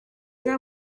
now